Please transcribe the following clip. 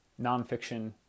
nonfiction